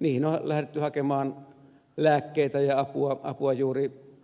niihin on lähdetty hakemaan lääkkeitä ja apua